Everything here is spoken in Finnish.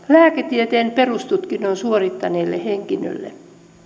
lääketieteen perustutkinnon suorittaneelle henkilölle